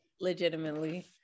Legitimately